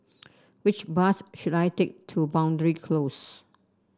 which bus should I take to Boundary Close